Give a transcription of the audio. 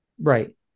Right